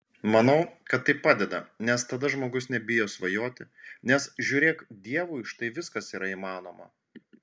manau kad tai padeda nes tada žmogus nebijo svajoti nes žiūrėk dievui štai viskas yra įmanoma